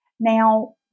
Now